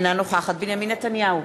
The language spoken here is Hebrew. אינה נוכחת בנימין נתניהו,